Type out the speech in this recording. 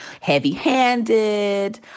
heavy-handed